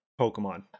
Pokemon